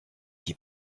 qui